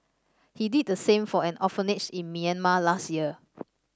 he did the same for an orphanage in Myanmar last year